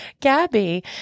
Gabby